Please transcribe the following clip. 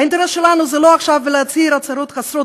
האינטרס שלנו עכשיו זה לא להצהיר הצהרות חסרות